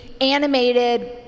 animated